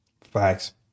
Facts